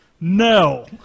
no